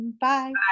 Bye